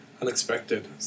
unexpected